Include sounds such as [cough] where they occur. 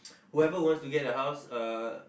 [noise] whoever who wants to get a house uh